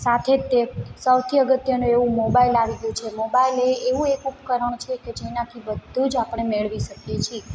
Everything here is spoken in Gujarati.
સાથે જ તે સૌથી અગત્યનું એવું મોબાઇલ આવી ગયું છે મોબાઇલ એ એવું એક ઉપકરણ છે કે જેનાથી બધું જ આપણે મેળવી શકીએ છીએ